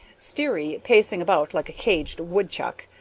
sterry, pacing about like a caged woodchuck,